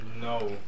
No